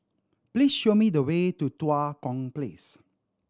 please show me the way to Tua Kong Place